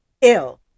ill